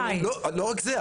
לא רק זה.